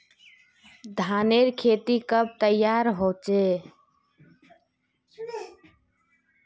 धानेर खेती कब तैयार होचे?